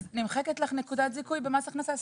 נמחקת לך נקודת זיכוי במס הכנסה.